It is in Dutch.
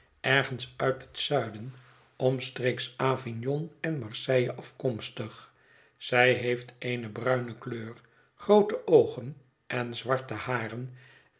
ergens uit het zuiden omstreeks avignon en marseille afkomstig zij heeft eene bruine kleur groote oogen en zwarte haren